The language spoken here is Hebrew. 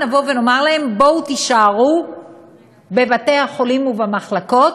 נבוא ונאמר להם: בואו תישארו בבתי-החולים ובמחלקות,